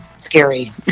scary